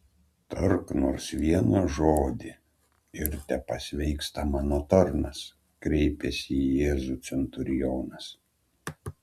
tark nors vieną žodį ir tepasveiksta mano tarnas kreipiasi į jėzų centurionas